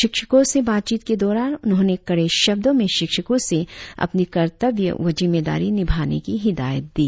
शिक्षको से बातचीत के दौरान उन्होंने कड़े शब्दों में शिक्षकों से अपनी कर्तव्य व जिम्मेदारी निभाने की हिदायत दी